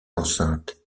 enceinte